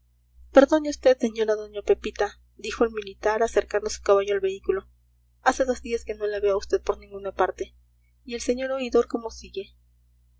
y afectuosa perdone vd señora doña pepita dijo el militar acercando su caballo al vehículo hace dos días que no la veo a vd por ninguna parte y el señor oidor cómo sigue